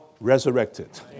resurrected